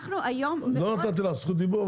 ואנחנו היום מאוד --- לא נתתי לך זכות דיבור,